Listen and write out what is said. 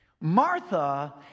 Martha